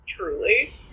Truly